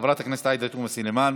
חברת הכנסת עאידה תומא סלימאן,